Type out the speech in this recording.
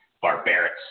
barbaric